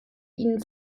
ihnen